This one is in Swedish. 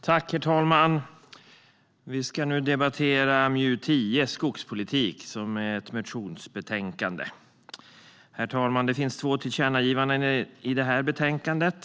Herr talman! Vi ska nu debattera MJU10 Skogspolitik, som är ett motionsbetänkande. Det finns två tillkännagivanden i betänkandet.